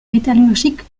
métallurgique